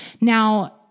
Now